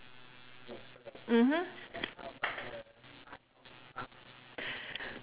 mmhmm